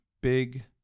big